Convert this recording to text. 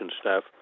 staff